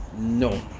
No